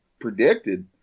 predicted